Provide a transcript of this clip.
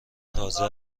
تازه